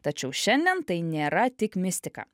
tačiau šiandien tai nėra tik mistika